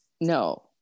no